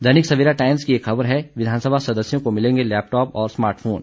दैनिक Savera Times की एक खबर है विधानसभा सदस्यों को मिलेंगे लैपटाप और स्मार्ट फोन